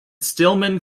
stillman